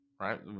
right